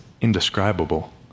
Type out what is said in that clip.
indescribable